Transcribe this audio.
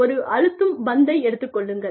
ஒரு அழுத்தும் பந்தை எடுத்துக் கொள்ளுங்கள்